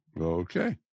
okay